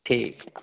ठीकु आहे